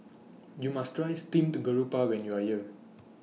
YOU must Try Steamed Garoupa when YOU Are here